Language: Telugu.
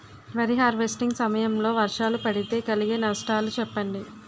వరి హార్వెస్టింగ్ సమయం లో వర్షాలు పడితే కలిగే నష్టాలు చెప్పండి?